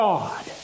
God